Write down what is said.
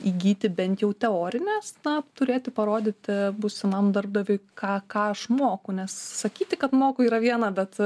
įgyti bent jau teorinės na turėti parodyti būsimam darbdaviui ką ką aš moku nes sakyti kad moku yra viena bet